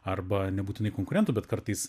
arba nebūtinai konkurentų bet kartais